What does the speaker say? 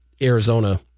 arizona